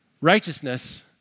Righteousness